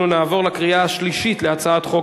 אנחנו נעבור לקריאה השלישית של הצעת חוק